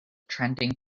trending